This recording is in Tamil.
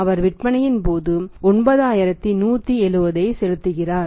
அவர் விற்பனையின் போது 9170 ஐ செலுத்துகிறார்